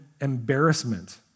embarrassment